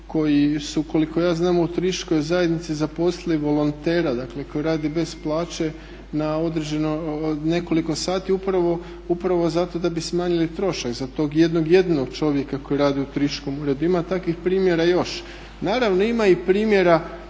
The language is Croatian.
koji su koliko ja znam u turističkoj zajednici zaposlili volontera koji radi bez plaće nekoliko sati, upravo da bi smanjili trošak za tog jednog jedinog čovjeka koji radi u turističkom uredu. Ima takvih primjera još. Naravno ima i primjera